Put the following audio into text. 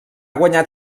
guanyat